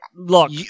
Look